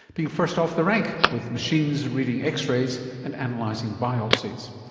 being first off the rank with machines reading x-rays and analysing biopsies.